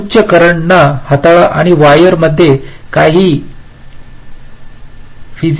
त्या उच्च करंट ना हाताळा आणि वायरमध्ये काही फयसीकल ब्रेक होऊ शकते